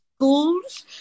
Schools